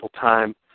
time